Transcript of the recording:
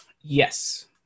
Yes